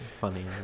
Funny